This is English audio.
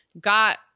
got